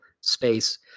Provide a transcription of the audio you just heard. space